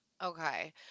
Okay